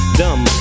dumb